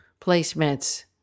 placements